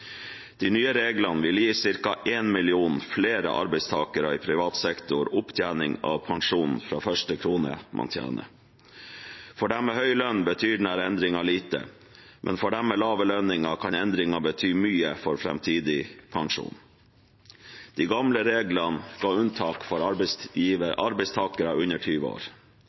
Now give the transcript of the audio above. De nye reglene vil gi ca. én million flere arbeidstakere i privat sektor opptjening av pensjon fra første krone man tjener. For de som har høy lønn, betyr denne endringen lite, men for de som har lav lønn, kan endringen bety mye for framtidig pensjon. De gamle reglene får unntak for arbeidstakere under 20 år.